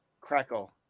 crackle